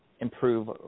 improve